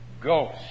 Ghost